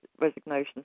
resignation